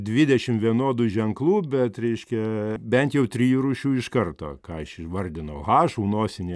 dvidešim vienodų ženklų bet reiškia bent jau trijų rūšių iš karto ką aš ir vardinau haš ū nosinė